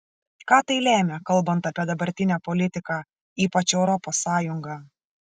ką tai lemia kalbant apie dabartinę politiką ypač europos sąjungą